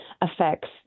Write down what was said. affects